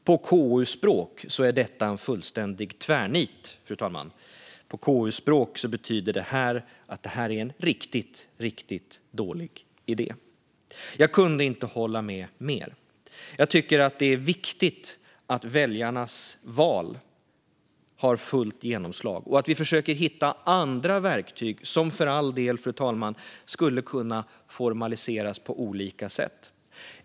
På KU-språk är detta en fullständig tvärnit, fru talman. På KU-språk betyder det att det är en riktigt, riktigt dålig idé. Jag kunde inte hålla med mer. Det är viktigt att väljarnas val får fullt genomslag och att vi försöker hitta andra verktyg, som för all del skulle kunna formaliseras på olika sätt.